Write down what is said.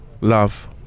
Love